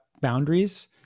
boundaries